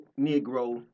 Negro